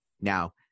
Now